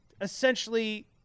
essentially